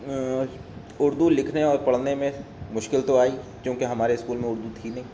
اردو لکھنے اور پڑھنے میں مشکل تو آئی کیونکہ ہمارے اسکول میں اردو تو تھی نہیں